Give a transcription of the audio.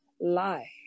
lie